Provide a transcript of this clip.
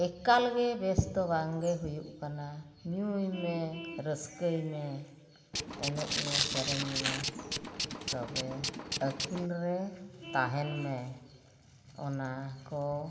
ᱮᱠᱟᱞ ᱜᱮ ᱵᱮᱥ ᱫᱚ ᱵᱟᱝᱜᱮ ᱦᱩᱭᱩᱜ ᱠᱟᱱᱟ ᱧᱩᱭᱢᱮ ᱨᱟᱹᱥᱠᱟᱹᱭ ᱢᱮ ᱮᱱᱮᱡ ᱢᱮ ᱥᱮᱨᱮᱧ ᱢᱮ ᱛᱚᱵᱮ ᱟᱹᱠᱷᱤᱞ ᱨᱮ ᱛᱟᱦᱮᱱ ᱢᱮ ᱚᱱᱟ ᱠᱚ